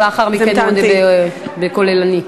ולאחר מכן הוא ידבר באופן כוללני.